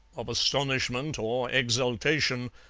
of astonishment or exultation,